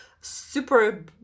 super